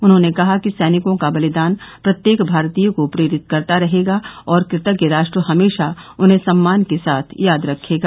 उन्होंने कहा कि सैनिकों का बलिदान प्रत्येक भारतीय को प्रेरित करता रहेगा और कृतज्ञ राष्ट्र हमेशा उन्हें सम्मान के साथ याद रखेगा